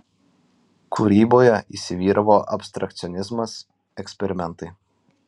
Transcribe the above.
kūryboje įsivyravo abstrakcionizmas eksperimentai